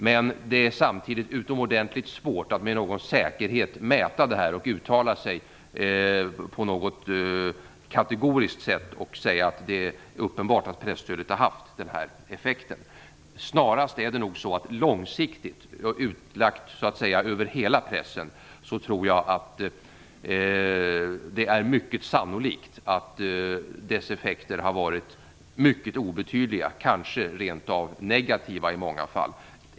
Men det är samtidigt utomordentligt svårt att med någon säkerhet mäta detta och uttala sig på ett kategoriskt sätt och säga att det uppenbart att presstödet har haft den här effekten. Det är nog snarast så att dessa effekter, långsiktigt och utlagt över hela pressen, har varit mycket obetydliga, kanske rent av negativa i många fall.